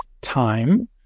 time